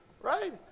Right